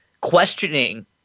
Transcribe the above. questioning